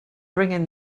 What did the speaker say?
bringing